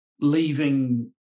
leaving